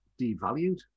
devalued